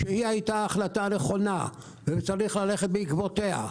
שהייתה החלטה נכונה וצריך ללכת בעקבותיה.